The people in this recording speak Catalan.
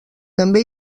també